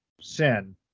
sin